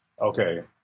okay